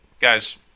Guys